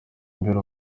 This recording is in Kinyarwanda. yambaye